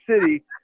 City